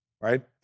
Right